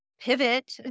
pivot